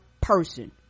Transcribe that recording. person